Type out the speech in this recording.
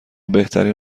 بهترین